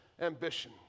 ambition